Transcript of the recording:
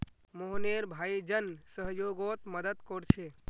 मोहनेर भाई जन सह्योगोत मदद कोरछे